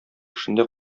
эшендә